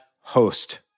host